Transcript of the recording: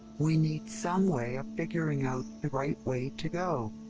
we need some way of figuring out the right way to go.